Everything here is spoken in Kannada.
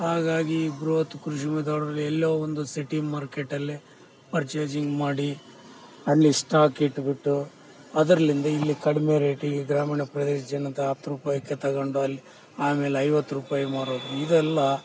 ಹಾಗಾಗಿ ಬೃಹತ್ ಕೃಷಿ ಎಲ್ಲೋ ಒಂದು ಸಿಟಿ ಮಾರ್ಕೆಟಲ್ಲಿ ಪರ್ಚೆಸಿಂಗ್ ಮಾಡಿ ಅಲ್ಲಿ ಸ್ಟಾಕ್ ಇಟ್ಬಿಟ್ಟು ಅದ್ರಲ್ಲಿಂದ ಇಲ್ಲಿ ಕಡಿಮೆ ರೇಟಿಗೆ ಗ್ರಾಮೀಣ ಪ್ರದೇಶ ಜನದ ಹತ್ತು ರೂಪಾಯಿಗೆ ತಗಂಡು ಅಲ್ಲಿ ಆಮೇಲೆ ಐವತ್ತು ರೂಪಾಯಿ ಮಾರೋದು ಇದೆಲ್ಲ